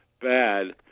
bad